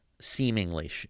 seemingly